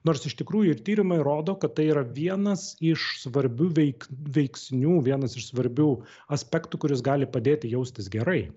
nors iš tikrųjų ir tyrimai rodo kad tai yra vienas iš svarbių veik veiksnių vienas iš svarbių aspektų kuris gali padėti jaustis gerai